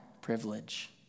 privilege